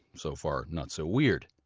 so far, not so weird.